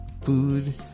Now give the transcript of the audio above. food